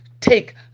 take